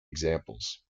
examples